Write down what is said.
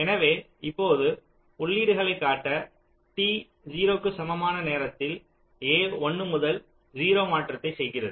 எனவே இப்போது உள்ளீடுகளைக் காட்ட t 0 க்கு சமமான நேரத்தில் a 1 முதல் 0 மாற்றத்தை செய்கிறது